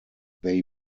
they